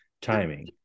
timing